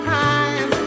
time